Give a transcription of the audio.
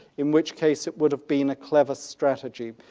in which case it would have been a clever strategy,